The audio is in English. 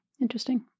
Interesting